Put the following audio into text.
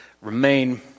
remain